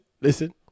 listen